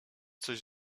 coś